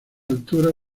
altura